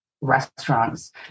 restaurants